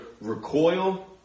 recoil